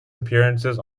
appearances